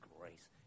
grace